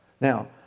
Now